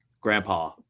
Grandpa